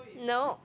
nope